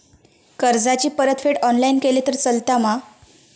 कर्जाची परतफेड ऑनलाइन केली तरी चलता मा?